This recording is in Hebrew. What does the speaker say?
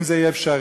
אם זה יהיה אפשרי.